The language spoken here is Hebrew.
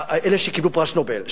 אלה שקיבלו פרס נובל,